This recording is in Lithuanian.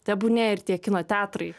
tebūnie ir tie kino teatrai